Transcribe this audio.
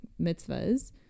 mitzvahs